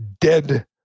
dead